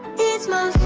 it's my